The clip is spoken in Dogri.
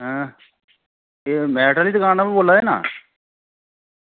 आं एह् मैट आह्ली दुकान उप्परा बोल्ला दे ना